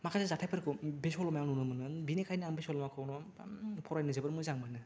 माखासे जाथायफोरखौ बे सल'मायाव नुनो मोनो बेनिखायनो आं बे सल'माखौ फरायनो जोबोत मोजां मोनो